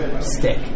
stick